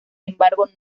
embargo